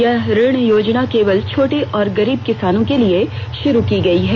यह ऋण योजना केवल छोटे और गरीब किसानों के लिए शुरू की गई है